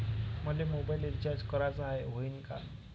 मले mobile recharge कराचा हाय, होईनं का?